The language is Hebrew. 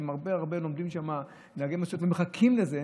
שם הרבה הרבה לומדים להיות נהגי משאיות ומחכים לזה,